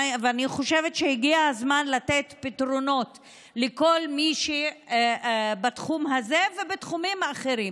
אני חושבת שהגיע הזמן לתת פתרונות לכל מי שבתחום הזה ובתחומים אחרים,